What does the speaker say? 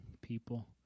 people